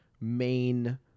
main